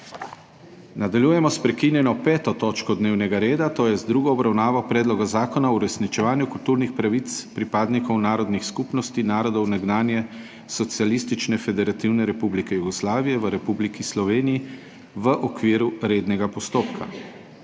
Nadaljujemo sprekinjeno 5. točko dnevnega reda, to je z drugo obravnavo Predloga zakona o uresničevanju kulturnih pravic pripadnikov narodnih skupnosti narodov nekdanje Socialistične federativne republike Jugoslavije v Republiki Sloveniji v okviru rednega postopka.